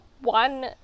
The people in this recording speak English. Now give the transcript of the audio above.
one